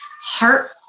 heart